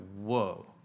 whoa